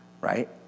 right